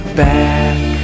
back